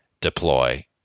deploy